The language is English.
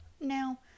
Now